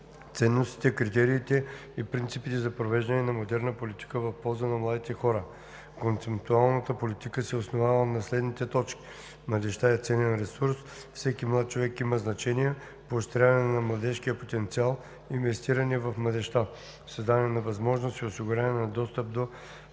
ценностите, критериите и принципите за провеждане на модерна политика в полза на младите хора. Концептуалната политика се основава на следните точки: младежта е ценен ресурс; всеки млад човек има значение; поощряване на младежкия потенциал; инвестиране в младежта; създаване на възможност и осигуряване на достъп до